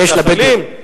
מתנחלים,